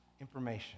information